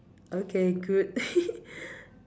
okay good